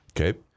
Okay